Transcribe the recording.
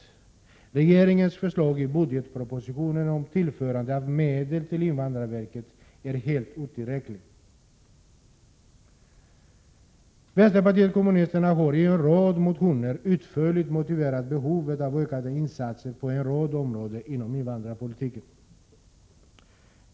Regeringens förslag i budgetpropositionen om tillförande av medel till invandrarverket är helt otillräckligt. Vänsterpartiet kommunisterna har i en rad motioner utförligt motiverat behovet av ökade insatser på en hel del områden inom invandrarpolitiken.